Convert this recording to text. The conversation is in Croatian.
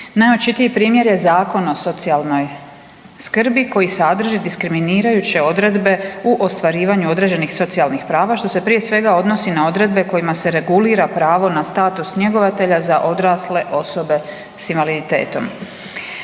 Najočitiji primjer je Zakon o socijalnoj skrbi koji sadrži diskriminirajuće odredbe u ostvarivanju određenih socijalnih prava što se prije svega odnosi na odredbe kojima se regulira pravo na status njegovatelja za odrasle osobe s invaliditetom.“